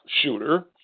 shooter